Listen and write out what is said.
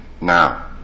now